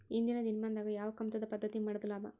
ಇಂದಿನ ದಿನಮಾನದಾಗ ಯಾವ ಕಮತದ ಪದ್ಧತಿ ಮಾಡುದ ಲಾಭ?